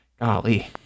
golly